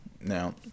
Now